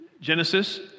Genesis